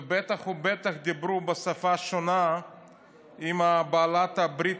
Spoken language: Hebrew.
ובטח ובטח דיברו בשפה שונה עם בעלת הברית